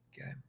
okay